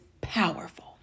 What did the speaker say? powerful